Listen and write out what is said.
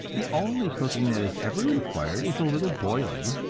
the only cooking that is ever required is a little boiling,